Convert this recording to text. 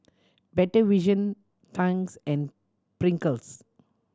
Better Vision Tangs and Pringles